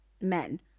men